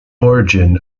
origin